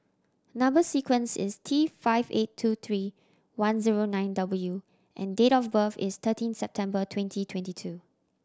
number sequence is T five eight two three one zero nine W and date of birth is thirteen September twenty twenty two